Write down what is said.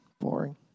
boring